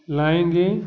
लाएंगे